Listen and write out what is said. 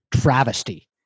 travesty